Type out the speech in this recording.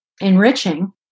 enriching